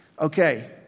Okay